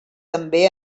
també